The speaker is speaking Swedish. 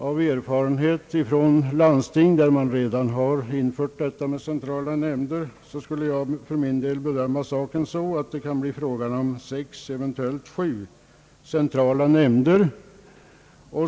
Med erfarenhet från landsting där man redan har infört centrala nämnder skulle jag bedöma att det kan bli fråga om sex, eventuellt sju, sådana nämnder.